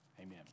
Amen